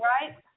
right